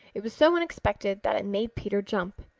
it was so unexpected that it made peter jump.